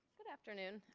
good afternoon